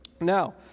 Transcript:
Now